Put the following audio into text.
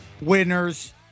winners